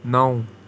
نَو